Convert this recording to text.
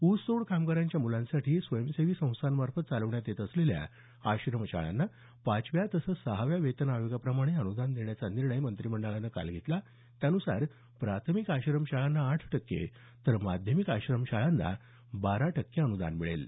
ऊसतोड कामगारांच्या मुलांसाठी स्वयंसेवी संस्थांमार्फत चालवण्यात येत असलेल्या आश्रमशाळांना पाचव्या तसंच सहाव्या वेतन आयोगाप्रमाणे अनुदान देण्याचा निर्णय मंत्रिमंडळानं काल घेतला त्यानुसार प्राथमिक आश्रमशाळांना आठ टक्के तर माध्यमिक आश्रमशाळांना बारा टक्के अनुदान मिळेल